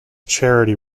charity